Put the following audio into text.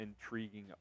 intriguing